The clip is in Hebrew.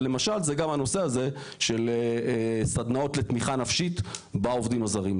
ולמשל זה גם הנושא הזה של סדנאות לתמיכה נפשית בעובדים הזרים,